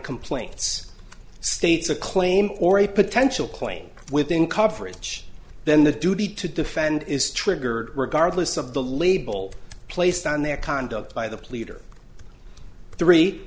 complaints states a claim or a potential claim within coverage then the duty to defend is triggered regardless of the label placed on their conduct by the pleader three